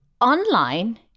online